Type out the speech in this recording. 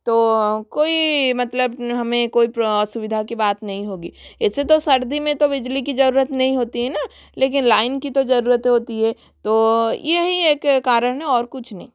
तो कोई मतलब हमें कोई प्रा असुविधा की बात नहीं होगी ऐसे तो सर्दी में तो बिजली की ज़रूरत नही होती है न लेकिन लाइन की तो ज़रूरत होती है तो यही एक कारण है और कुछ नहीं